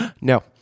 No